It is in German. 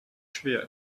schwer